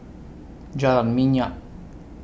Jalan Minyak